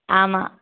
ஆமாம்